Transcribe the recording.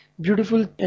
beautiful